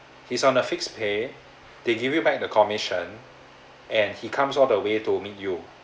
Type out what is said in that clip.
he's on a fixed pay they give you back the commission and he comes all the way to meet you